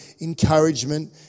encouragement